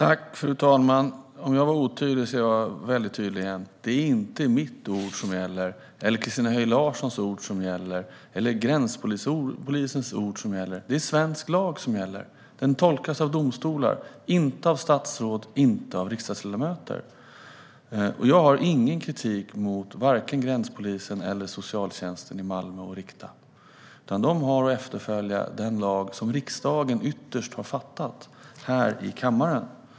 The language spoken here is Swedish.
Fru talman! Om jag var otydlig ska jag nu vara väldigt tydlig. Det är inte mitt ord, Christina Höj Larsens ord eller gränspolisens ord som gäller, utan det är svensk lag som gäller. Den tolkas av domstolar, inte av statsråd och inte av riksdagsledamöter. Jag har ingen kritik att rikta mot vare sig gränspolisen eller socialtjänsten i Malmö. De har att efterfölja den lag som riksdagen har fattat beslut om här i kammaren.